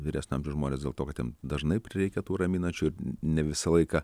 vyresnio amžiaus žmonės dėl to kad jiem dažnai prireikia tų raminančių ne visą laiką